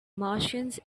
martians